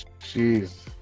Jeez